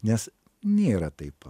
nes nėra taip